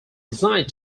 designed